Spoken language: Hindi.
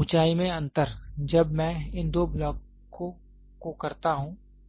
ऊंचाई में अंतर जब मैं इन दो ब्लॉकों को करता हूं सही है